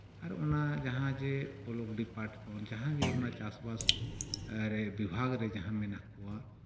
ᱟᱨ ᱚᱱᱟ ᱡᱟᱦᱟᱸ ᱡᱮ ᱵᱞᱚᱠ ᱰᱤᱯᱟᱹᱴ ᱠᱷᱚᱱ ᱡᱟᱦᱟᱸᱜᱮ ᱚᱱᱟ ᱪᱟᱥᱵᱟᱥ ᱨᱮ ᱵᱤᱵᱷᱟᱜᱽ ᱨᱮ ᱡᱟᱦᱟᱸ ᱢᱮᱱᱟᱜ ᱠᱚᱣᱟ